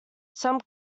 some